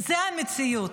זאת המציאות.